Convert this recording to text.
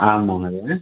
आं महोदय